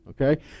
Okay